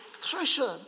treasure